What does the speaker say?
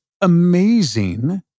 amazing